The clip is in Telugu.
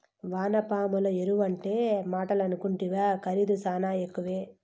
వానపాముల ఎరువంటే మాటలనుకుంటివా ఖరీదు శానా ఎక్కువే